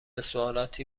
سوالاتی